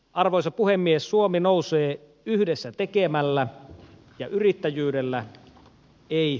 arvoisa puhemies suomi nousee yhdessä tekemällä ja yrittäjyydellä ei